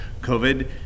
covid